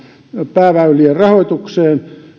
pääväylien rahoitukseen